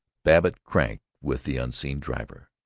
babbitt cranked with the unseen driver,